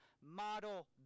model